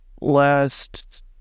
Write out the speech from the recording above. last